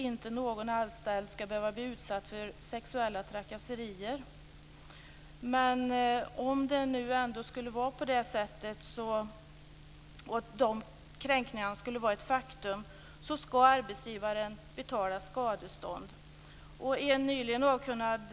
Det gör att det också är viktigt att komma till rätta med det. Vi moderater anser att personaloptioner bör beskattas som inkomst av kapital, som framgår av motionerna.